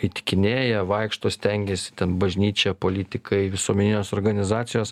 įtikinėja vaikšto stengiasi ten bažnyčia politikai visuomeninės organizacijos